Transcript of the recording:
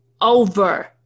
over